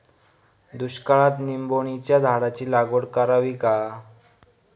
दुष्काळात निंबोणीच्या झाडाची लागवड करावी का?